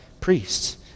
priests